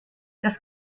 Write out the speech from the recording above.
das